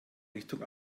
richtung